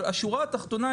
אבל השורה התחתונה,